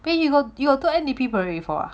wait you got you got do N_D_P parade before ah